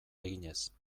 eginez